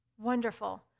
wonderful